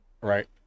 right